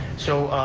so,